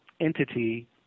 entity